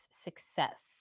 success